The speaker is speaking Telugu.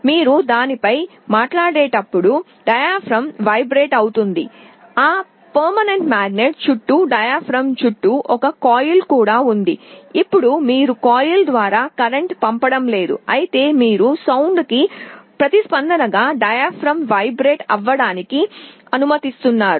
మీరు దానిపై మాట్లాడేటప్పుడు డయాఫ్రామ్ వైబ్రేట్ అవుతుంది ఆ శాశ్వత అయస్కాంతం చుట్టూ డయాఫ్రామ్ చుట్టూ ఒక కాయిల్ కూడా ఉంది ఇప్పుడు మీరు కాయిల్ ద్వారా కరెంట్ పంపడం లేదు అయితే మీరు ధ్వనికి ప్రతిస్పందనగా డయాఫ్రామ్ వైబ్రేట్ అవ్వడానికి అనుమతిస్తున్నారు